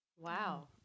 Wow